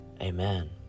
amen